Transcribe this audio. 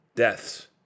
deaths